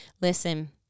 listen